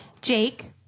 Jake